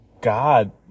God